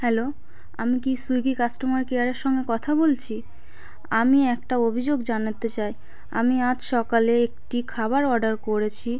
hello আমি কি Swiggy customer কেয়ারের সঙ্গে কথা বলছি আমি একটা অভিযোগ জানাতে চাই আমি আজ সকালে একটি খাবার অর্ডার করেছি